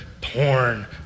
porn